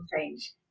change